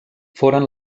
foren